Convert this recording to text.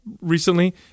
recently